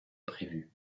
prévu